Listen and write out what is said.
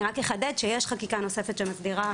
אני רק אחדד שיש חקיקה נוספת שמסדירה